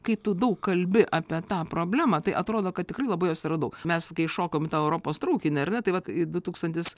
kai tu daug kalbi apie tą problemą tai atrodo kad tikrai labai jos yra daug mes kai šokom į tą europos traukinį ar ne tai vat du tūkstantis